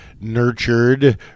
nurtured